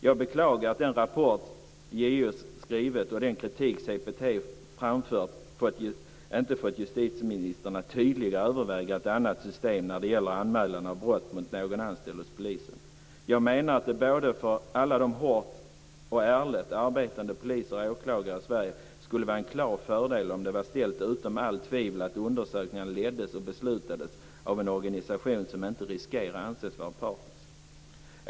Jag beklagar att den rapport JO skrivit och den kritik CPT framfört inte fått justitieministern att tydligare överväga något annat system när det gäller anmälan av brott mot någon anställd inom Polisen. Jag menar att det för de hårt och ärligt arbetande poliserna och åklagarna i Sverige skulle vara en klar fördel om det var ställt utom allt rimligt tvivel att undersökningar leddes och beslutades av en organisation som inte riskerar anses vara partisk.